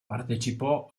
partecipò